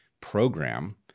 program